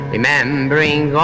Remembering